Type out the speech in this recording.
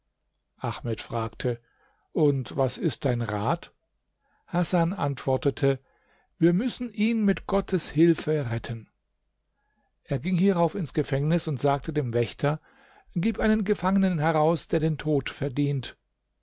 ahmed fragte und was ist dein rat hasan antwortete wir müssen ihn mit gottes hilfe retten er ging hierauf ins gefängnis und sagte dem wächter gib einen gefangenen heraus der den tod verdient